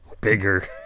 bigger